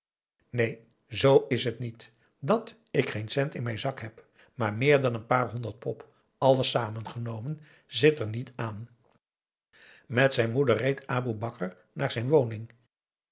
neen z is het niet dat ik geen cent in mijn zak heb maar meer dan n paar honderd pop alles samen genomen zit er niet aan met zijn moeder reed aboe bakar naar zijn woning